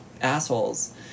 assholes